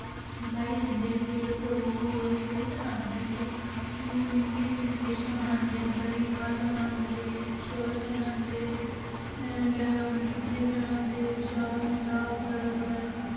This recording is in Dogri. दपैह्री खंदे फिर फ्रूट खंदे तिन्न तिन्न डिशां बनांदे दपैह्री दाल बनांदे चोल बनांदे एण्ड मटर पनीर बनांदे चार होंदा बड़ा बड़ा